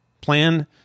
Plan